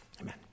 Amen